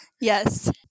Yes